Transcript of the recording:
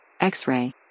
X-ray